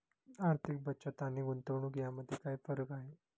आर्थिक बचत आणि गुंतवणूक यामध्ये काय फरक आहे?